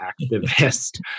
activist